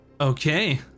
Okay